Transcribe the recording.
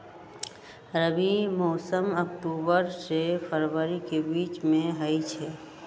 रबी मौसम अक्टूबर से फ़रवरी के बीच में होई छई